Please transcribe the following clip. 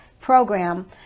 program